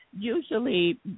Usually